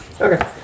Okay